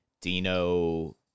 Dino